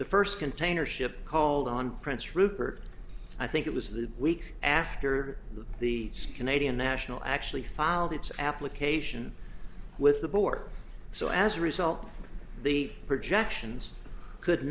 the first container ship called on prince rupert i think it was the week after the canadian national actually filed its application with the board so as a result the projections